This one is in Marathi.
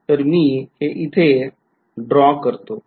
तर मी हे इथे ड्रॉ करतो